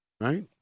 Right